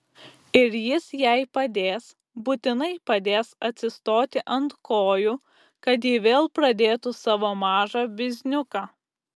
ir jis jai padės būtinai padės atsistoti ant kojų kad ji vėl pradėtų savo mažą bizniuką